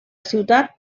ciutat